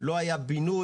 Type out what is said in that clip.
לא היה בינוי.